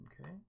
Okay